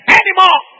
anymore